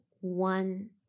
one